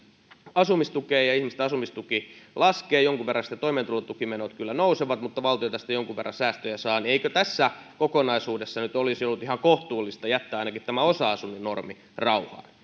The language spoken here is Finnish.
asumistukeen ihmisten asumistuki laskee jonkun verran sitten toimeentulotukimenot kyllä nousevat mutta valtio tästä jonkun verran säästöjä saa niin eikö tässä kokonaisuudessa nyt olisi ollut ihan kohtuullista jättää ainakin tämä osa asunnon normi rauhaan ja